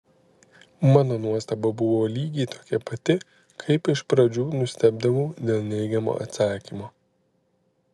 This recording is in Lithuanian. mano nuostaba buvo lygiai tokia pati kaip iš pradžių nustebdavau dėl neigiamo atsakymo